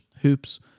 hoops